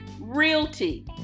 realty